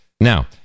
Now